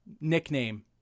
nickname